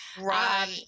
Right